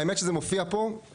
האמת שזה מופיע פה.